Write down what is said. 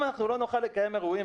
אם לא נוכל לקיים אירועים,